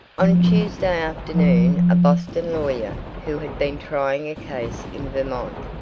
on tuesday afternoon a boston lawyer, who had been trying a case in vermont,